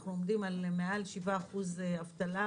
אנחנו עומדים על מעל 7% אבטלה,